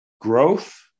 growth